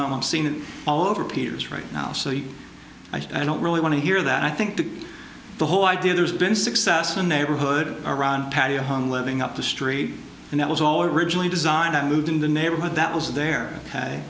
home seen all over peter's right now so yeah i don't really want to hear that i think the whole idea there's been success a neighborhood around patio home living up the street and that was all originally designed i moved in the neighborhood that was there